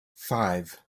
five